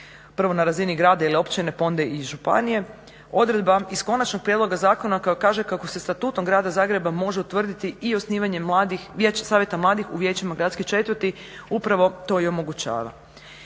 Prvo na razini grada ili općine pa onda i županije. Odredba iz konačnog prijedloga zakona koja kaže kako se Statutom grada Zagreba može utvrditi i osnivanje vijeća savjeta mladih u vijećima gradskih četvrti upravo to i omogućava.